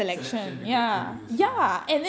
selection to get throught to this right